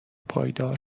پایدار